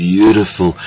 Beautiful